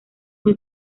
muy